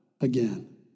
again